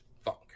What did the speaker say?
funk